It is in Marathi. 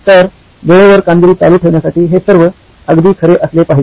तर वेळेवर कामगिरी चालू ठेवण्यासाठी हे सर्व अगदी खरे असले पाहिजे